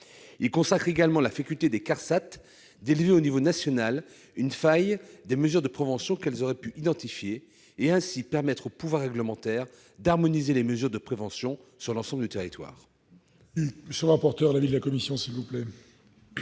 Il consacre également la faculté des CARSAT de faire monter à l'échelon national une faille des mesures de prévention qu'elles auraient pu identifier, afin de permettre au pouvoir réglementaire d'harmoniser les mesures de prévention sur l'ensemble du territoire. Quel est l'avis de la commission ? En tant